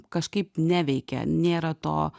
kažkaip neveikia nėra to